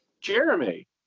Jeremy